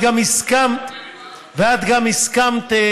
ואת גם הסכמת,